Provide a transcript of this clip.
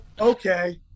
okay